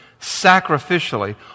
sacrificially